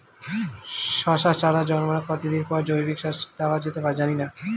শশার চারা জন্মানোর কতদিন পরে জৈবিক সার দেওয়া যেতে পারে?